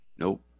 nope